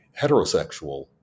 heterosexual